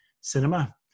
cinema